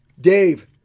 Dave